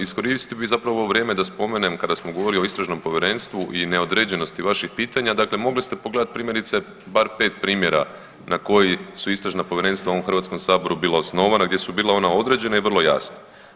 Iskoristio bih zapravo ovo vrijeme da spomenem kada smo govorili o istražnom povjerenstvu i neodređenosti vašeg pitanja, dakle mogli ste pogledati primjerice bar 5 primjera na koji su istražna povjerenstva u ovom Hrvatskom saboru bila osnovana gdje su bila ona određena i vrlo jasna.